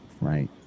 Right